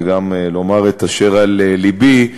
וגם לומר את אשר על לבי,